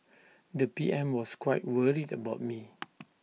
the P M was quite worried about me